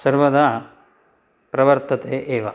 सर्वदा प्रवर्तते एव